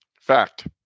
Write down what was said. Fact